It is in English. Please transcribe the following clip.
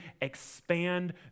expand